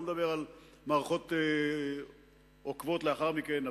אני לא מדבר על מערכות עוקבות לאחר מכן,